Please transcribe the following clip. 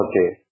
Okay